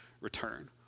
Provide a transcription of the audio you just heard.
return